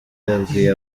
yabwiye